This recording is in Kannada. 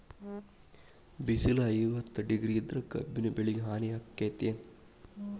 ಬಿಸಿಲ ಐವತ್ತ ಡಿಗ್ರಿ ಇದ್ರ ಕಬ್ಬಿನ ಬೆಳಿಗೆ ಹಾನಿ ಆಕೆತ್ತಿ ಏನ್?